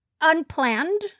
unplanned